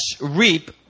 reap